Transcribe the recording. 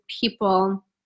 people